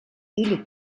ille